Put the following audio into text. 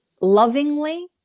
Lovingly